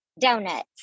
Donuts